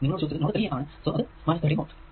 നിങ്ങളോടു ചോദിച്ചത് നോഡ് 3 ആണ് അത് 13 വോൾട്